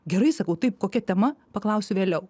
gerai sakau taip kokia tema paklausiu vėliau